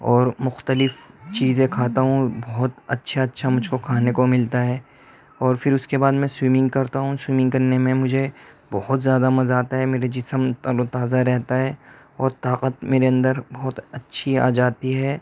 اور مختلف چیزیں کھاتا ہوں بہت اچھا اچھا مجھ کو کھانے کو ملتا ہے اور پھراس کے بعد میں سوئمنگ کرتا ہوں سوئمنگ کرنے میں مجھے بہت زیادہ مزہ آتا ہے میرے جسم تر و تازہ رہتا ہے اور طاقت میرے اندر بہت اچھی آ جاتی ہے